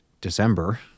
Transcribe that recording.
December